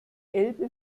elbe